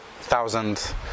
thousand